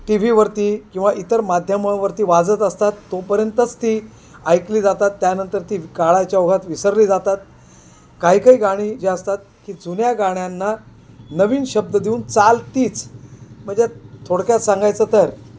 T व्हीवरती किंवा इतर माध्यमावरती वाजत असतात तोपर्यंतच ती ऐकली जातात त्यानंतर ती काळाच्या ओघात विसरली जातात काही काही गाणी जे असतात की जुन्या गाण्यांना नवीन शब्द देऊन चाल तीच म्हणजे थोडक्यात सांगायचं तर